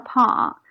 apart